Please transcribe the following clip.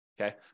Okay